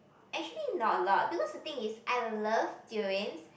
actually not a lot because the thing is I love durians